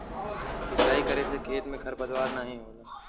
सिंचाई करे से खेत में खरपतवार नाहीं होला